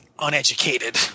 uneducated